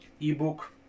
ebook